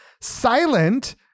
silent